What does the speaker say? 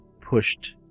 pushed